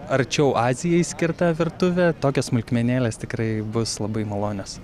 arčiau azijai skirta virtuve tokios smulkmenėlės tikrai bus labai malonios